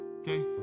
okay